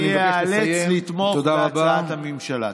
עכשיו אני איאלץ לתמוך בהצעת הממשלה.